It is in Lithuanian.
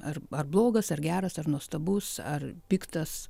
ar ar blogas ar geras ar nuostabus ar piktas